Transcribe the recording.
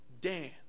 Dan